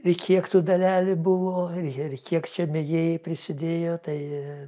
ir kiek tų dalelių buvo ir ir kiek čia mėgėjai prisidėjo tai